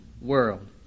world